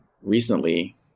recently